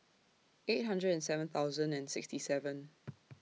eight hundred and seven thousand and sixty seven